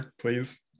please